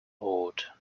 awed